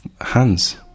hands